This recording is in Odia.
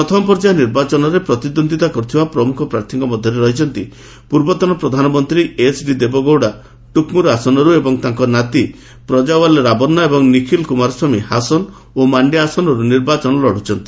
ପ୍ରଥମ ପର୍ଯ୍ୟାୟ ନିର୍ବାଚନରେ ପ୍ରତିଦ୍ୱନ୍ଦ୍ୱିତା କରୁଥିବା ପ୍ରମୁଖ ପ୍ରାର୍ଥୀଙ୍କ ମଧ୍ୟରେ ରହିଛନ୍ତି ପୂର୍ବତନ ପ୍ରଧାନମନ୍ତ୍ରୀ ଏଚ୍ଡି ଦେବେଗୌଡ଼ା ଟୁମ୍କୁର ଆସନରୁ ଏବଂ ତାଙ୍କ ନାତି ପ୍ରକୱାଲ ରାବନ୍ନା ଏବଂ ନିଖିଲ କୁମାରସ୍ୱାମୀ ହାସନ ଏବଂ ମାଣ୍ଡ୍ୟା ଆସନରୁ ନିର୍ବାଚନ ଲଢୁଛନ୍ତି